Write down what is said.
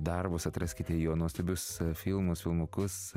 darbus atraskite jo nuostabius filmus filmukus